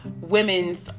Women's